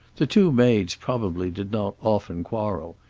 the two maids probably did not often quarrel,